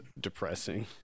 depressing